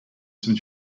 some